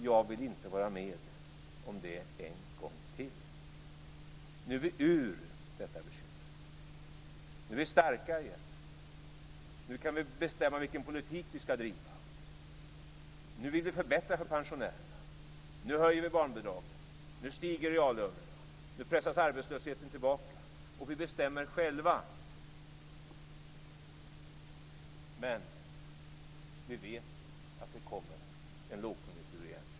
Jag vill inte vara med om det en gång till.